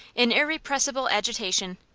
in irrepressible agitation.